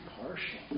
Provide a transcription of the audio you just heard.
partial